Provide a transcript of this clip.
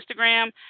Instagram